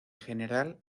general